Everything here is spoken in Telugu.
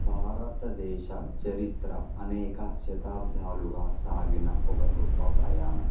భారతదేశ చరిత్ర అనేక శతాబ్దాలుగా సాగిన ఒక గొప్ప ప్రయాణం